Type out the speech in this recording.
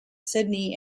sydney